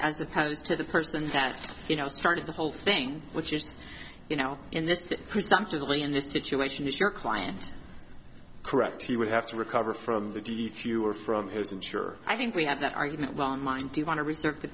as opposed to the person that you know started the whole thing which is you know in this presumptively in this situation if your client correct he would have to recover from the d h you are from his i'm sure i think we have that argument well in mind do you want to reserve the